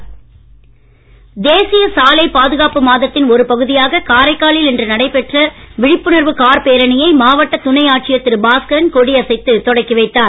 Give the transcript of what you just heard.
காரைக்கால் சாலை தேசிய சாலை பாதுகாப்பு மாதத்தின் ஒரு பகுதியாக காரைக்காலில் இன்று நடைபெற்ற விழிப்புணர்வு கார் பேரணியை மாவட்ட துணை ஆட்சியர் திரு பாஸ்கரன் கொடி அசைத்து தொடக்கி வைத்தார்